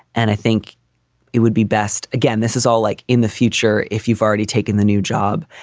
and i think it would be best. again, this is all like in the future if you've already taken the new job.